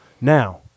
Now